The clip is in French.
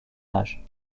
âge